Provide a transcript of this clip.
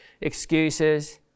excuses